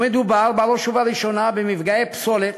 מדובר בראש ובראשונה במפגעי פסולת,